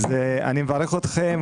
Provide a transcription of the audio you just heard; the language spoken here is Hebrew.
אז אני מברך אתכם,